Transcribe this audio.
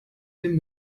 dem